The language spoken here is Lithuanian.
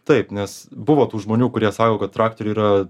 taip nes buvo tų žmonių kurie sako kad traktoriai yra